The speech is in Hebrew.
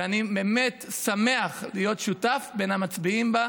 ואני באמת שמח להיות שותף, בין המצביעים לה.